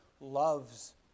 loves